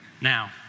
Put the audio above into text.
Now